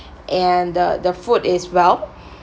and the the food is well